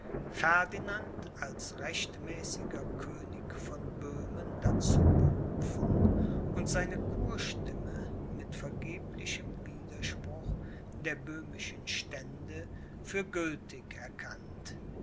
ferdinand als rechtmäßiger könig von böhmen dazu berufen und seine kurstimme mit vergeblichem widerspruch der böhmischen stände für gültig erkannt